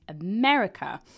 America